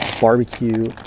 barbecue